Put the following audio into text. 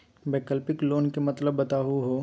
वैकल्पिक लोन के मतलब बताहु हो?